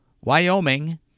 Wyoming